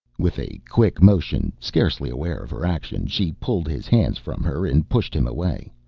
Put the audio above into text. with a quick motion, scarcely aware of her action, she pulled his hands from her and pushed him away,